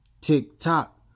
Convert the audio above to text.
Tick-tock